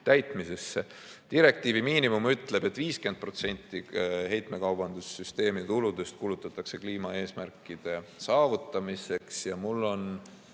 täitmisesse. Direktiivi miinimum ütleb, et 50% heitmekaubanduse süsteemi tuludest kulutatakse kliimaeesmärkide saavutamiseks.